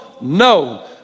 no